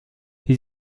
sie